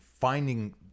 finding